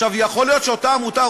יכול להיות שאותה עמותה,